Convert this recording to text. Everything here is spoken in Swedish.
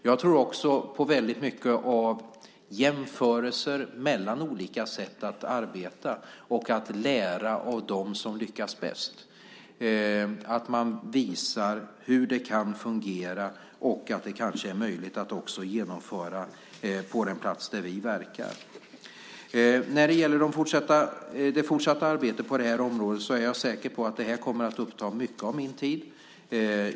Jag tror också väldigt mycket på jämförelser mellan olika sätt att arbeta på, att lära av dem som lyckas bäst, att man visar hur det kan fungera och som kanske är möjligt att genomföra på andra platser. Det fortsatta arbetet på det här området är jag säker på kommer att uppta mycket av min tid.